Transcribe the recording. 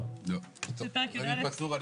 אני מבקש לעזוב את האולם.